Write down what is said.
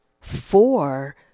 four